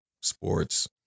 sports